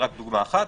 זו רק דוגמה אחת.